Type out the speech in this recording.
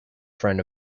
friend